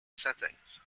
settings